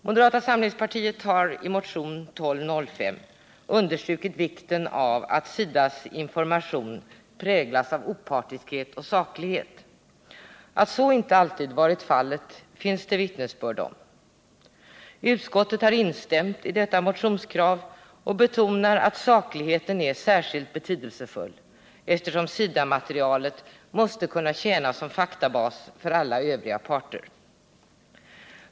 Moderata samlingspartiet har i motionen 1205 understrukit vikten av att SIDA:s information präglas av opartiskhet och saklighet. Att så inte alltid varit fallet finns det vittnesbörd om. Utskottet har instämt i detta motionskrav och betonar att sakligheten är särskilt betydelsefull eftersom SIDA materialet måste kunna tjäna som faktabas för alla övriga parter.